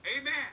Amen